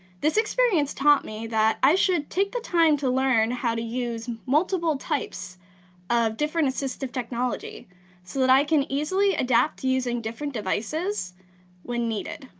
this experience taught me that i should take the time to learn how to use multiple types of different assistive technology so that i can easily adapt to using different devices when needed.